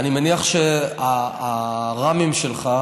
אני מניח שהר"מים שלך,